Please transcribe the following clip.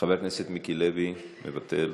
חבר הכנסת מיקי לוי, מוותר,